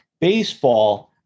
baseball